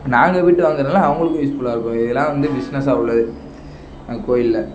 நாங்கள் வீட்டில் வாங்கிறதுனால அவங்களுக்கும் யூஸ்ஃபுல்லாக இருக்கும் இதெலாம் வந்து பிஸ்னஸ்ஸாக உள்ளது அங்கே கோயில்ல